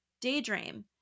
daydream